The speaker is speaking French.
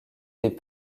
des